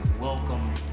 welcome